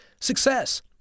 success